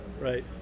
Right